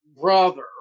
brother